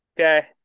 Okay